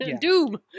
Doom